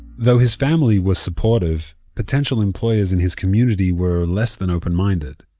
though his family were supportive, potential employers in his community were less than open-minded.